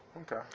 Okay